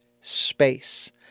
space